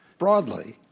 broadly,